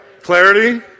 Clarity